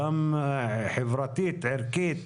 אלא גם חברתית וערכית,